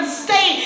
stay